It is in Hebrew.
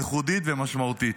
ייחודית ומשמעותית.